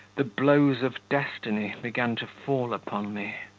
the blows of destiny began to fall upon me.